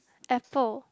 apple